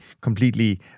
completely